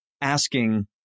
asking